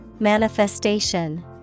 Manifestation